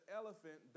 elephant